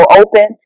open